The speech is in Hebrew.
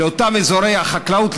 לאותם אזורי החקלאות,